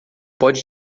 pode